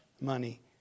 money